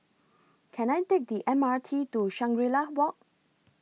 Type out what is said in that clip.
Can I Take The M R T to Shangri La Walk